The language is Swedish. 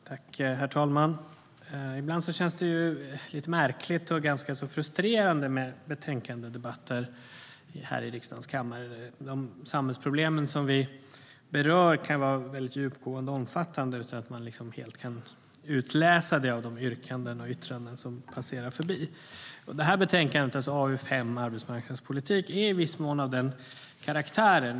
Herr talman! Ibland känns det lite märkligt och ganska frustrerande med betänkandedebatter här i riksdagens kammare. De samhällsproblem vi berör kan vara väldigt djupgående och omfattande utan att man helt kan utläsa det av de yrkanden och yttranden som passerar förbi. är i viss mån av den karaktären.